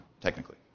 technically